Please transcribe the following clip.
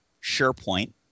SharePoint